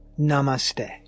Namaste